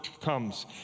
comes